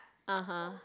(uh huh)